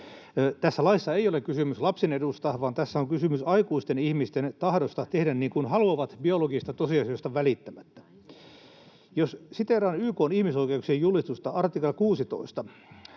Tässä laissa ei ole kysymys lapsen edusta, vaan tässä on kysymys aikuisten ihmisten tahdosta tehdä niin kuin haluavat biologisista tosiasioista välittämättä. Jos siteeraan YK:n ihmisoikeuksien julistusta, artikla